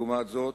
לעומת זאת,